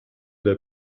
der